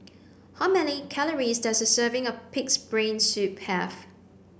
how many calories does a serving of pig's brain soup have